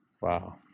Wow